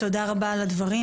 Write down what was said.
תודה רבה על הדברים.